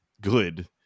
good